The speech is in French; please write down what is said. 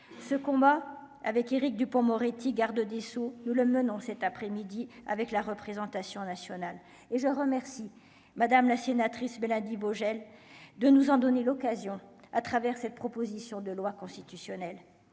ce combat avec Éric Dupond-Moretti, garde des Sceaux, nous le menons cet après-midi avec la représentation nationale et je remercie madame la sénatrice Bella 10 Vogel de nous en donner l'occasion à travers cette proposition de loi constitutionnelle